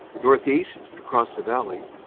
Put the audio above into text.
northeast, across the valley,